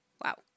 wow